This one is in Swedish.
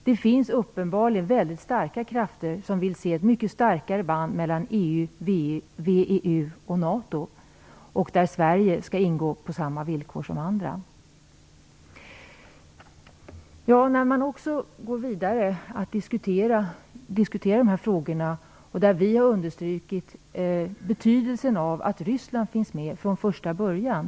Det finns uppenbarligen starka krafter som vill se mycket starkare band mellan EU, VEU och NATO och som vill att Sverige skall ingå där på samma villkor som andra. Vi har understrukit betydelsen av att Ryssland finns med från första början.